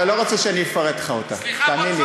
אתה לא רוצה שאני אפרט לך אותה, תאמין לי.